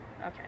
Okay